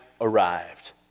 arrived